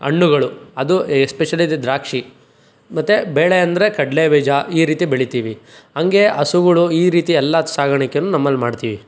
ಹಣ್ಣುಗಳು ಅದು ಎಸ್ಪೆಷಲಿ ದ್ರಾಕ್ಷಿ ಮತ್ತು ಬೇಳೆ ಅಂದರೆ ಕಡ್ಲೆಬೀಜ ಈ ರೀತಿ ಬೆಳಿತೀವಿ ಹಂಗೇ ಹಸುಗಳು ಈ ರೀತಿ ಎಲ್ಲ ಸಾಗಾಣಿಕೆ ನಮ್ಮಲ್ಲಿ ಮಾಡ್ತಿವಿ